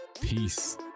peace